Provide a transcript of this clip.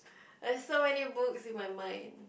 there's so many books in my mind